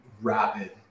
rapid